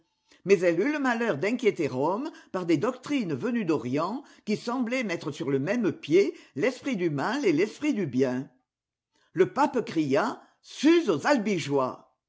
mais elle eut le malheur d'inquiéter rome par des doctrines venues d'orient qui semblaient mettre sur le même pied l'esprit du mal et l'esprit du bien le pape cria sus aux albigeois